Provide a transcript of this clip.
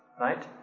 Right